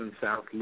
South